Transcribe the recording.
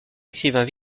écrivains